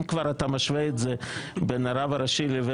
אם כבר אתה משווה בין הרב הראשי לבין